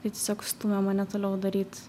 tai tiesiog stumia mane toliau daryt